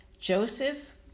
Joseph